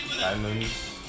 diamonds